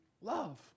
love